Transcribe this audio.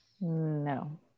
No